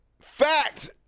fact